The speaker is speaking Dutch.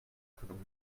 genoemd